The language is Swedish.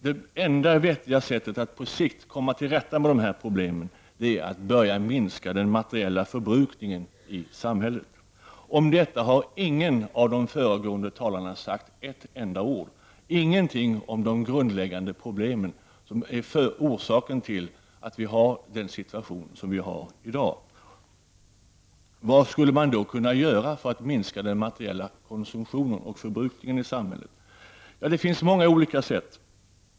Det enda vettiga sättet att på sikt komma till rätta med dessa problem är att börja minska den materiella förbrukningen i samhället. Om detta har ingen av de föregående talarna sagt ett enda ord. Ingenting har sagts om de grundläggande problemen som är orsak till att vi har den nuvarande situationen. Vad skulle vi då kunna göra för att minska den materiella konsumtionen och förbrukningen i samhället? Det finns många olika sätt.